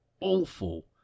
awful